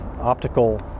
optical